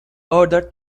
order